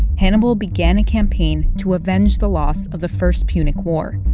hannibal began a campaign to avenge the loss of the first punic war.